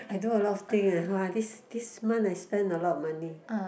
I do a lot of thing !wah! this this month I spend a lot of money